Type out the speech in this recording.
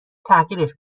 تغییرش